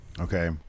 Okay